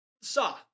Saw